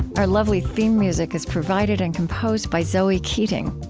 our lovely theme music is provided and composed by zoe keating.